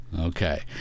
Okay